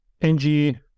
ng